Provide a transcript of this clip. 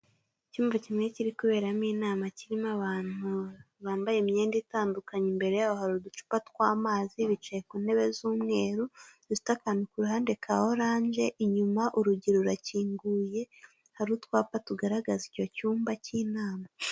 Icyumba kimwe, kiri kuberamo inama, kirimo abantu bambaye imyenda itandukanye, imbere yabo hari uducupa tw'amazi, bicaye ku ntebe z'umweru zifite akantu ku ruhande ka oranje l, inyuma urugi rurakinguye, hari utwapa tugaragaza icyo cyumba cy'inama.